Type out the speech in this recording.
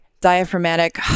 diaphragmatic